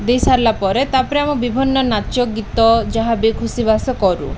ଦେଇସାରିଲା ପରେ ତା'ପରେ ଆମ ବିଭିନ୍ନ ନାଚ ଗୀତ ଯାହା ବି ଖୁସବାସ କରୁ